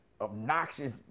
obnoxious